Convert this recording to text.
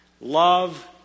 love